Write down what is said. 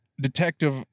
detective